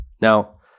now